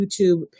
YouTube